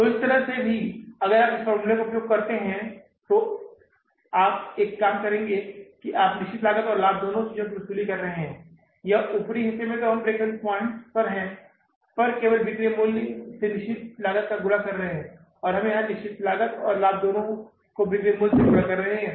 तो इस तरह से भी अगर आप इस फॉर्मूले का उपयोग करते हैं तो आप एक काम करेंगे कि अब आप निश्चित लागत और लाभ दोनों चीजों की वसूली कर रहे हैं यहाँ ऊपरी हिस्से में तो हम ब्रेक इवन पॉइंट्स पर हैं हम केवल बिक्री के मूल्य से निश्चित लागत का गुणा कर रहे हैं यहाँ हम निश्चित लागत और लाभ दोनों को बिक्री मूल्य से गुणा कर रहे हैं